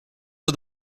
for